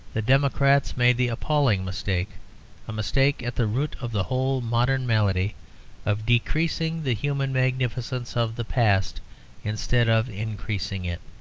the democrats made the appalling mistake a mistake at the root of the whole modern malady of decreasing the human magnificence of the past instead of increasing it.